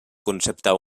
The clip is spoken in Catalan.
concepte